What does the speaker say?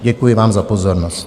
Děkuji vám za pozornost.